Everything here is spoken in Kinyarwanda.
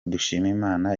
dushimimana